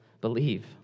believe